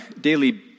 daily